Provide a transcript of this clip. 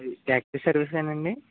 taxi service ఏనా అండి